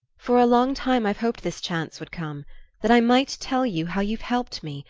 for a long time i've hoped this chance would come that i might tell you how you've helped me,